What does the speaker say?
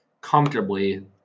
comfortably